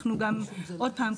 אנחנו גם עוד פעם,